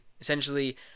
essentially